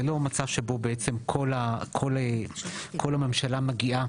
זה לא מצב שכל הממשלה מגיעה